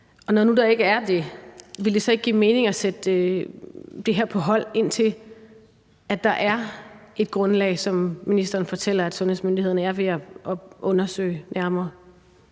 når der nu ikke er det, ville det så ikke give mening at sætte det her på hold, indtil der er et grundlag, sådan som ministeren fortæller at sundhedsmyndighederne er ved at undersøge nærmere?